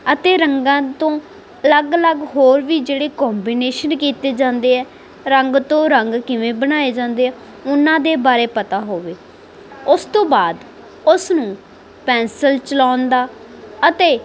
ਅਤੇ ਰੰਗਾਂ ਤੋਂ ਅਲੱਗ ਅਲੱਗ ਹੋਰ ਵੀ ਜਿਹੜੇ ਕੋਂਬੀਨੇਸ਼ਨ ਕੀਤੇ ਜਾਂਦੇ ਹੈ ਰੰਗ ਤੋਂ ਰੰਗ ਕਿਵੇਂ ਬਣਾਏ ਜਾਂਦੇ ਹੈ ਉਹਨਾਂ ਦੇ ਬਾਰੇ ਪਤਾ ਹੋਵੇ ਉਸ ਤੋਂ ਬਾਅਦ ਉਸ ਨੂੰ ਪੈਂਸਲ ਚਲਾਉਣ ਦਾ ਅਤੇ